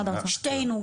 שתינו,